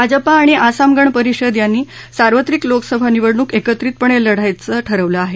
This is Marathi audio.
भाजपा आणि आसाम गण परिषद यांनी सार्वत्रिक लोकसभा निवडणूक एकत्रितपणे लढायचं ठरवलं आहे